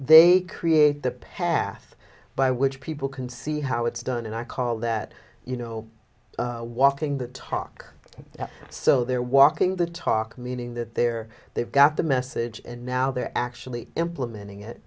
they create the path by which people can see how it's done and i call that you know walking the talk so they're walking the talk meaning that they're they've got the message and now they're actually implementing